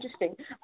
interesting